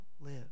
live